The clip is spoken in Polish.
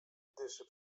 dyszy